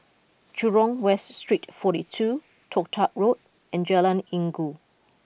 Jurong West Street forty two Toh Tuck Road and Jalan Inggu